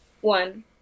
one